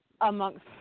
Amongst